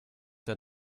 der